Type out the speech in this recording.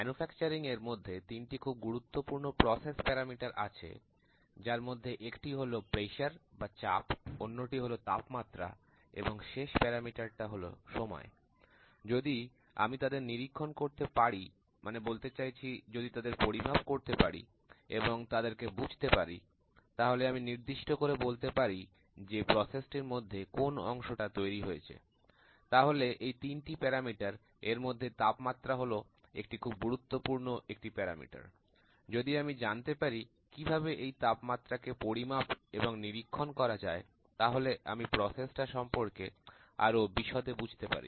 manufacturing এর মধ্যে তিনটি খুব গুরুত্বপূর্ণ প্রসেস প্যারামিটার আছে যার মধ্যে একটি হল প্রেসার বা চাপ অন্যটি হলো তাপমাত্রা এবং শেষ প্যারামিটার টা হল সময় যদি আমি তাদের নিরীক্ষণ করতে পারি মানে বলতে চাইছি যদি তাদের পরিমাপ করতে পারি এবং তাদেরকে বুঝতে পারি তাহলে আমি নির্দিষ্ট করে বলতে পারি যে প্রসেস টির মধ্যে কোন অংশটা তৈরি হয়েছে তাহলে এই তিনটি প্যারামিটার এর মধ্যে তাপমাত্রা হল একটি খুব গুরুত্বপূর্ণ একটি প্যারামিটার যদি আমি জানতে পারি কিভাবে এই তাপমাত্রা কে পরিমাপ এবং নিরীক্ষণ করা যায় তাহলে আমি প্রসেসটা সম্পর্কে আরো বিশদে বুঝতে পারি